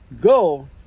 Go